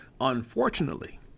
unfortunately